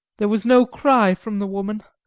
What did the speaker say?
there was no cry from the woman,